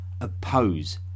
oppose